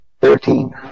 Thirteen